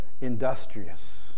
industrious